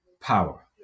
power